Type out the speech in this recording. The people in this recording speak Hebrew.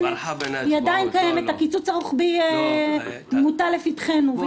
הקיצוץ הרוחבי מוטל לפתחנו.